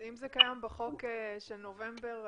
אם זה קיים בחוק של נובמבר,